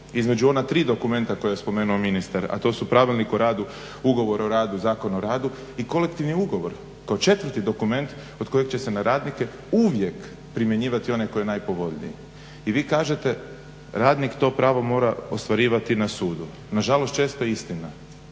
između ona tri dokumenta koja je spomenuo ministar, a to su Pravilnik o radu, Ugovor o radu, Zakon o radu i Kolektivni ugovor kao četvrti dokument kod kojeg će se na radnike uvijek primjenjivati onaj koji je najpovoljniji. I vi kažete radnik to pravo mora ostvarivati na sudu. Nažalost, često je istina,